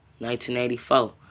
1984